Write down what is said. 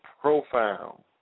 profound